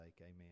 amen